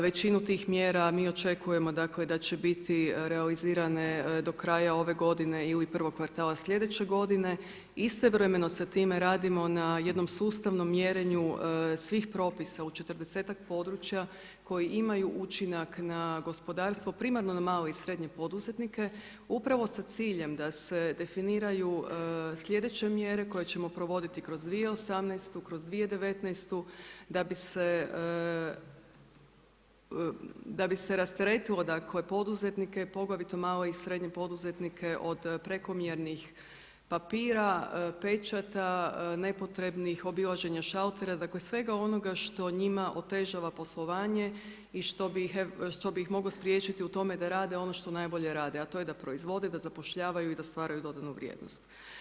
Većinu tih mjera mi očekujemo da će biti realizirane do kraja ove godine ili prvog kvartala sljedeće godine, istovremeno sa time radimo na jednom sustavnom mjerenju svih propisa u četrdesetak područja koji imaju učinak na gospodarstvo, primarno na male i srednje poduzetnike upravo sa ciljem da se definiraju sljedeće mjere koje ćemo provoditi kroz 2018., kroz 2019. da bi se rasteretilo poduzetnike poglavito male i srednje poduzetnike od prekomjernih papira, pečata nepotrebnih, obilaženja šaltera dakle svega onoga što njima otežava poslovanje i što bi ih moglo spriječiti u tome da rade ono što najbolje rade, a to je da proizvode, da zapošljavaju i da stvaraju dodanu vrijednost.